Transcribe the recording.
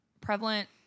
prevalent